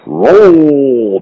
roll